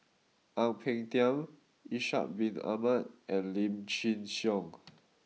Ang Peng Tiam Ishak Bin Ahmad and Lim Chin Siong